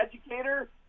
educator